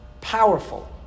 powerful